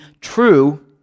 true